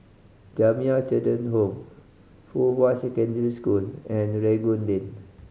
Jamiyah Children Home Fuhua Secondary School and Rangoon Lane